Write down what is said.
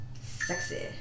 sexy